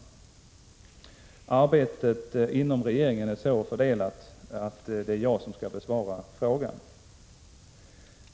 Arbetet inom regeringen är så fördelat att det är jag som skall besvara frågan.